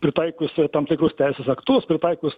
pritaikius tam tikrus teisės aktus pritaikius